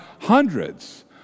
hundreds